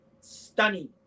stunning